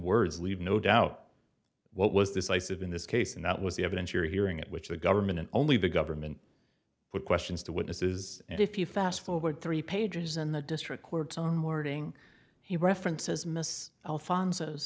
words leave no doubt what was decisive in this case and that was the evidence you're hearing at which the government and only the government put questions to witnesses and if you fast forward three pages in the district courts on wording he references miss alfon